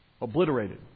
Obliterated